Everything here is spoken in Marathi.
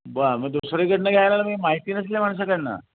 बरं मग दुसरीकडून घ्यायला मी माहिती नसलेल्या माणसाकडून